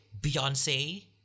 Beyonce